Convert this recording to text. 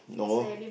normal